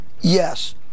Yes